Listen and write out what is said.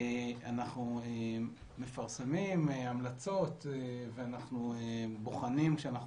אנחנו מפרסמים המלצות ואנחנו בוחנים כשאנחנו